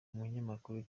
umunyamakuru